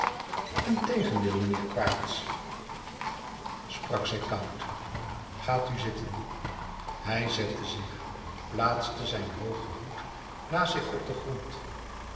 integendeel meneer quaerts sprak zij koud gaat u zitten hij zette zich plaatste zijn hoogen hoed naast zich op den grond